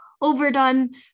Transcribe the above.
overdone